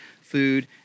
food